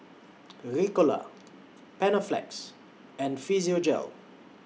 Ricola Panaflex and Physiogel